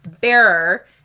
bearer